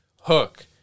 hook